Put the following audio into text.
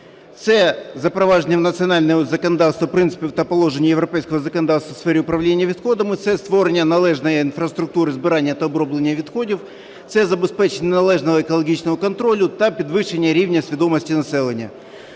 це запровадження в національному законодавстві принципів та положень європейського законодавства в сфері управління відходами, це створення належної інфраструктури збирання та оброблення відходів, це забезпечення належного екологічного контролю та підвищення рівня свідомості населення.